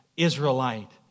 Israelite